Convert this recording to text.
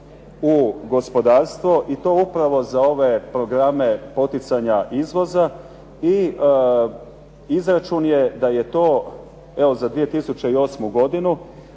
u gospodarstvo i to upravo za ove programe poticanja izvoza i izračun je da je to evo za 2008. godinu,